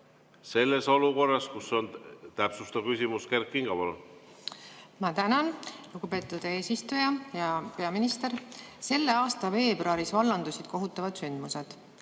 selles olukorras, kus on täpsustav küsimus. Kert Kingo, palun! Ma tänan, lugupeetud eesistuja! Hea peaminister! Selle aasta veebruaris vallandusid kohutavad sündmused.